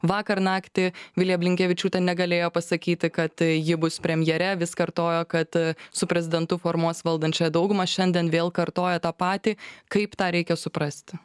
vakar naktį vilija blinkevičiūtė negalėjo pasakyti kad ji bus premjere vis kartojo kad su prezidentu formuos valdančią daugumą šiandien vėl kartoja tą patį kaip tą reikia suprasti